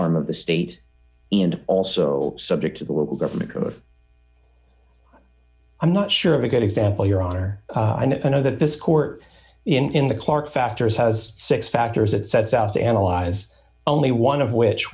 arm of the state and also subject to the local government i'm not sure of a good example your honor and i know that this court in the clark factors has six factors it sets out to analyze only one of which